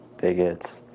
bigots,